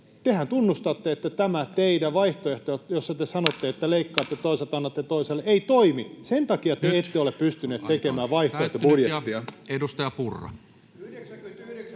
Tehän tunnustatte, että tämä teidän vaihtoehtonne, jossa te sanotte, että leikkaatte toiselta, annatte toiselle, ei toimi. Sen takia te ette ole pystyneet tekemään vaihtoehtobudjettia. [Speech 35]